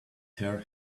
her